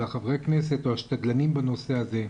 חברי הכנסת או השתדלנים בנושא הזה,